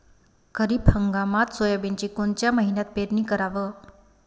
खरीप हंगामात सोयाबीनची कोनच्या महिन्यापर्यंत पेरनी कराव?